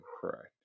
Correct